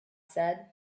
said